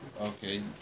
Okay